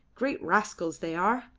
great rascals they are.